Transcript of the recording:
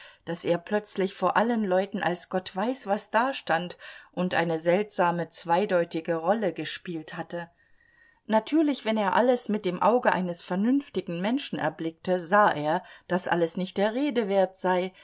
daß er plötzlich vor allen leuten als gott weiß was dastand und eine seltsame zweideutige rolle gespielt hatte natürlich wenn er alles mit dem auge eines vernünftigen menschen überblickte sah er daß alles nicht der rede wert sei